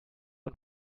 und